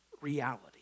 reality